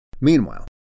Meanwhile